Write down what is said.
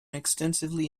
extensively